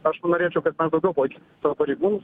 aišku norėčiau kad daugiau savo pareigūnus